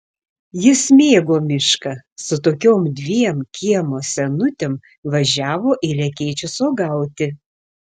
jis mėgo mišką su tokiom dviem kiemo senutėm važiavo į lekėčius uogauti